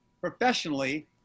professionally